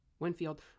Winfield